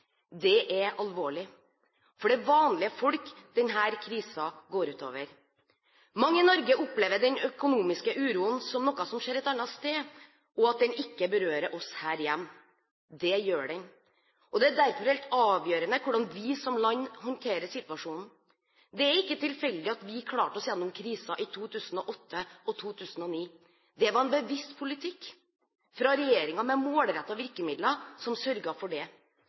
Det er alvorlig, for det er vanlige folk denne krisen går ut over. Mange i Norge opplever den økonomiske uroen som noe som skjer et annet sted, og at den ikke berører oss her hjemme. Det gjør den. Det er derfor helt avgjørende hvordan vi som land håndterer situasjonen. Det er ikke tilfeldig at vi klarte oss gjennom krisen i 2008 og 2009. Det var en bevisst politikk fra regjeringen, med målrettede virkemidler, som sørget for det.